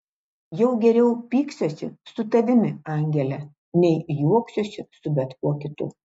jau geriau pyksiuosi su tavimi angele nei juoksiuosi su bet kuo kitu